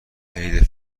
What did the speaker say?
عید